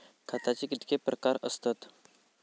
खताचे कितके प्रकार असतत?